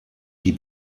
die